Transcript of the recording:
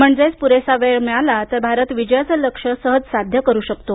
म्हणजेच प्रेसा वेळ मिळाला तर भारत विजयाचं लक्ष्य सहज साध्य करु शकतो